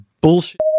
bullshit